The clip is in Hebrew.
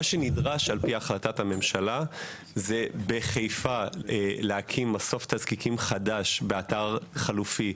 על פי החלטת הממשלה נדרש להקים בחיפה מסוף תזקיקים חדש באתר חלופי,